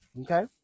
Okay